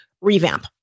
revamp